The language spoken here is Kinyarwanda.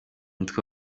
umutwe